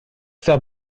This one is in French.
faire